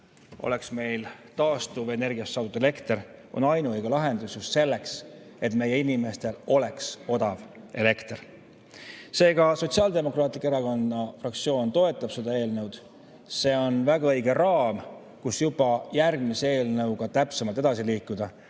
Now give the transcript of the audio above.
oleks meil taastuvenergiast saadud elekter, on ainuõige lahendus just selleks, et meie inimestel oleks odav elekter. Seega, Sotsiaaldemokraatliku Erakonna fraktsioon toetab seda eelnõu. See on väga õige raam, kust juba järgmise eelnõuga täpsemalt edasi liikuda.